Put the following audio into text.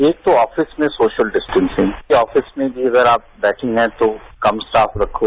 एक तो आफिस में सोशल डिस्टेसिंग कि आफिस में भी अगर आप बैठे है तो कम स्टॉफ रखें